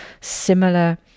similar